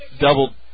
double